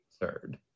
third